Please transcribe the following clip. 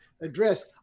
address